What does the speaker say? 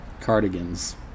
Cardigans